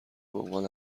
بعنوان